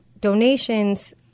donations